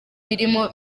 birindiro